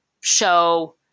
show